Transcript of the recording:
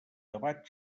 debat